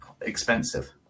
expensive